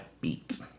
beat